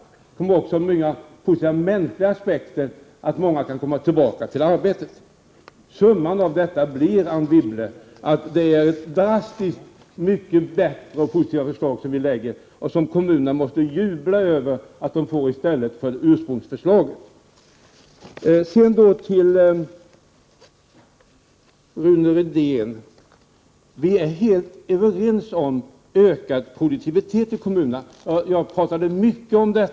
Dessutom finns det här flera mänskliga aspekter, t.ex. att många kan börja arbeta igen. Sammanfattningsvis, Anne Wibble, är det förslag som vi här lägger fram mycket positivare än tidigare förslag. Kommunerna måste jubla över detta förslag när de jämför det med det ursprungliga förslaget. Vi är helt överens, Rune Rydén, om att det behövs en ökad produktivitet i kommunerna. Jag har talat mycket för en sådan.